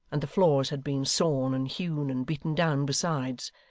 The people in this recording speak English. and the floors had been sawn, and hewn, and beaten down, besides.